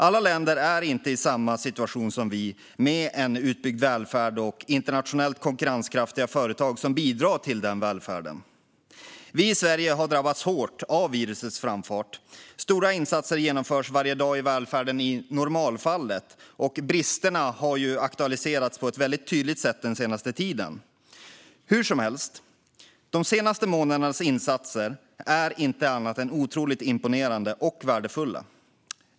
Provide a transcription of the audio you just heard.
Alla länder är inte i samma situation som vi, med en utbyggd välfärd och internationellt konkurrenskraftiga företag som bidrar till den välfärden. Vi i Sverige har drabbats hårt av virusets framfart. Stora insatser genomförs varje dag i välfärden i normalfallet, och bristerna har aktualiserats på ett väldigt tydligt sätt den senaste tiden. Hur som helst är de senaste månadernas insatser inte annat än otroligt imponerande och värdefulla.